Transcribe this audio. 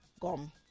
gum